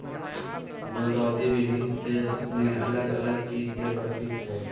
गुलदाउदी विभिन्न देश में अलग अलग चीज के प्रतीक हइ